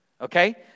okay